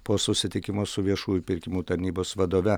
po susitikimo su viešųjų pirkimų tarnybos vadove